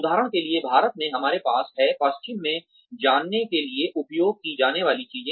उदाहरण के लिए भारत में हमारे पास है पश्चिम में जानने के लिए उपयोग की जाने वाली चीज़ है